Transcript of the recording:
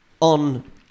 on